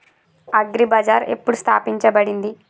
Agri bazaar ఎప్పుడు స్థాపించబడింది?